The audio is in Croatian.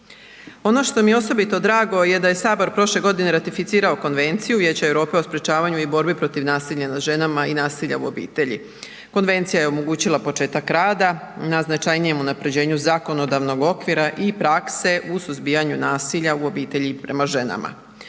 Ono što mi je osobito drago je da je prošle godine ratificirao Konvenciju Vijeća Europe o sprječavanju i borbi protiv nasilja nad ženama i nasilja u obitelji. Konvencija je omogućila početak rada na značajnijem unaprjeđenju zakonodavnog okvira i prakse u suzbijanju nasilja u obitelji prema ženama.